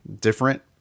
different